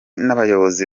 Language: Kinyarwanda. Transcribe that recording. n’abayobozi